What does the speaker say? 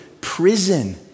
prison